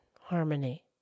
Harmony